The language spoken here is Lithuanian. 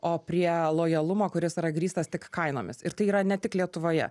o prie lojalumo kuris yra grįstas tik kainomis ir tai yra ne tik lietuvoje